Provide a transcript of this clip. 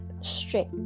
straight